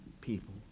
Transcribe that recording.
people